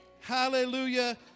Hallelujah